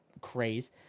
craze